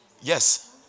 Yes